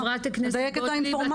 חברת הכנסת גוטליב,